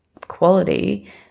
quality